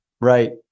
Right